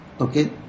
Okay